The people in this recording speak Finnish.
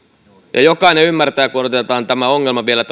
ja jokainen ymmärtää kun otetaan vielä